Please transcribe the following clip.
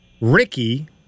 Ricky